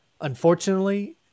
Unfortunately